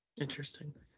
Interesting